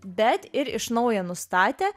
bet ir iš naujo nustatė